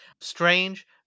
strange